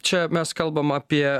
čia mes kalbam apie